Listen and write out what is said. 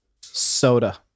Soda